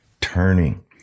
turning